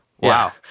Wow